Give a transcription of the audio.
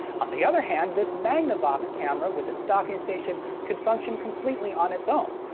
on the other hand, this magnavox camera with its docking station could function completely on its own.